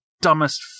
dumbest